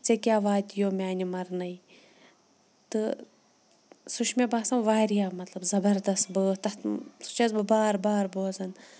ژےٚ کیٛاہ واتِیو میٛانہِ مرنَے تہٕ سُہ چھُ مےٚ باسان واریاہ مطلب زبردس بٲتھ تَتھ سُہ چھَس بہٕ بار بار بوزان